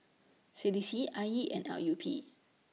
C D C I E and L U P